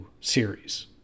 series